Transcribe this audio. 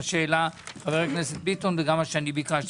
מה שהעלה חבר הכנסת ביטון וגם מה שאני ביקשתי.